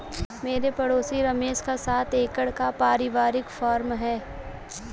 मेरे पड़ोसी रमेश का सात एकड़ का परिवारिक फॉर्म है